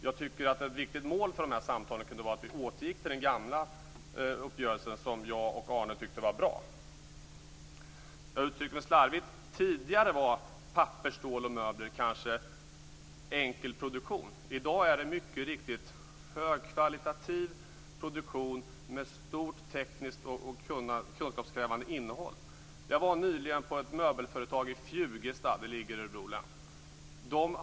Jag tycker att ett viktigt mål för samtalen kunde vara att vi återgår till den gamla uppgörelsen som jag och Arne tyckte var bra. Jag uttryckte mig slarvigt. Tidigare var papper, stål och möbler kanske enkel produktion. I dag är det mycket riktigt högkvalitativ produktion med stort tekniskt och kunskapskrävande innehåll. Jag var nyligen på ett möbelföretag i Fjugesta. Det ligger i Örebro län.